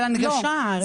אבל ההנגשה אפרת.